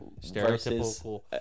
stereotypical